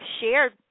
shared